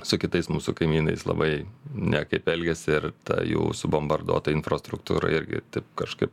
su kitais mūsų kaimynais labai nekaip elgiasi ir ta jau subombarduota infrastruktūra irgi kažkaip